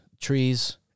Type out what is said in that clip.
trees